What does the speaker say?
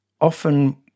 Often